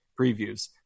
previews